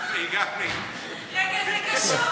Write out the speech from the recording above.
זה קשור,